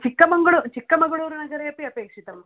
चिक्कमङ्गळूरु चिक्कमगळूरुनगरे अपि अपेक्षितं